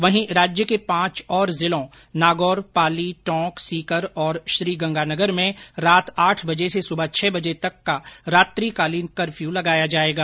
वहीं राज्य के पांच और जिलों नागौर पाली टोंक सीकर और श्रीगंगानगर में रात आठ बजे से सुबह छह बजे तक का रात्रिकालीन कफ्र्यू लगाया जाएगा